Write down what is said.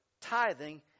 tithing